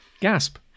Gasp